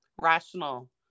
rational